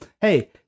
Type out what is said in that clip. hey